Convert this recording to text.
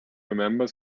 remember